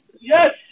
yes